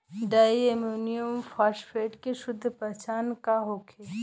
Di ammonium phosphate के शुद्ध पहचान का होखे?